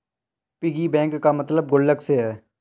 piggy bank का मतलब गुल्लक से है